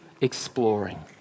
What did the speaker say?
exploring